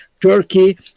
Turkey